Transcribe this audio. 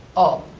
oh.